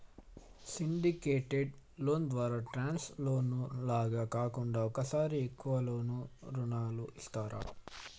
syndicated loan ద్వారా term loan లాగా కాకుండా ఒకేసారి ఎక్కువ రుణం ఇస్తారు